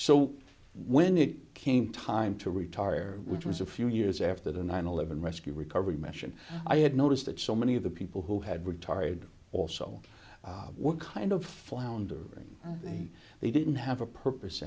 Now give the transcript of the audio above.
so when it came time to retire which was a few years after the nine eleven rescue recovery mission i had noticed that so many of the people who had retired also were kind of floundering and they didn't have a purpose